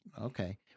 Okay